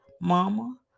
Mama